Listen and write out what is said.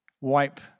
Wipe